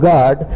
God